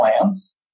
plans